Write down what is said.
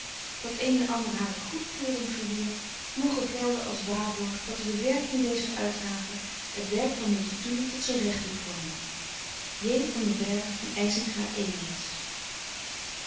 dat een en ander hare goedkeuring verwierf moge gelden als waarborg dat de bewerking dezer uitgave het werk van multatuli tot zijn recht doet komen j van den bergh van eijsinga elias